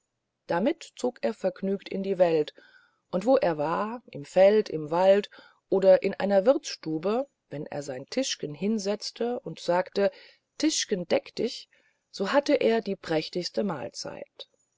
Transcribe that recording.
damit zog er vergnügt in die welt und wo er war im feld im wald oder in einer wirthsstube wenn er sein tischgen hinsetzte und tischgen deck dich sagte so hatte er die prächtigste mahlzeit